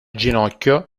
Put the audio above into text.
ginocchio